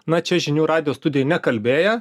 na čia žinių radijo studijoj nekalbėję